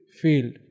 field